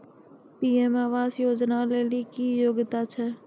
PM आवास योजना लेली की योग्यता छै?